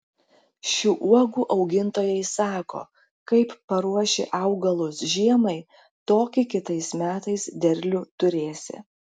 šių uogų augintojai sako kaip paruoši augalus žiemai tokį kitais metais derlių turėsi